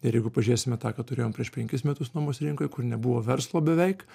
ir jeigu pažiūrėsime ką turėjom prieš penkis metus nuomos rinkoj kur nebuvo verslo beveik